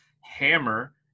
hammer